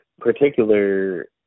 particular